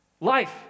Life